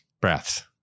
breaths